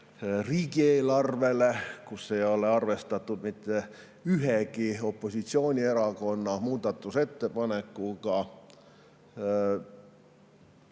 riigieelarve kohta, kus ei ole arvestatud mitte ühegi opositsioonierakonna muudatusettepanekuga.